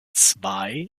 zwei